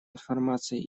информации